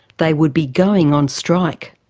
they would be going on strike.